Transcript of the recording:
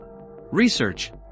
Research